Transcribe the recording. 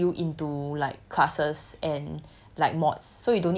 they will allocate you into like classes and